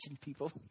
people